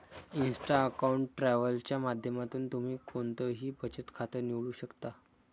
Insta account travel च्या माध्यमातून तुम्ही कोणतंही बचत खातं निवडू शकता